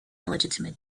illegitimate